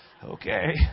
Okay